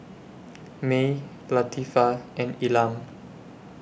Mae Latifah and Elam